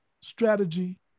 strategy